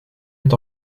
est